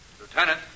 Lieutenant